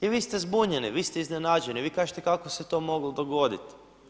I vi ste zbunjeni, vi ste iznenađeni, vi kažete kako se to moglo dogodit?